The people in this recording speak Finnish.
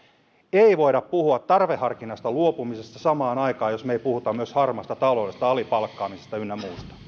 ei voida puhua tarveharkinnasta luopumisesta samaan aikaan jos me emme puhu myös harmaasta taloudesta alipalkkaamisesta ynnä